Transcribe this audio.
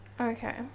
Okay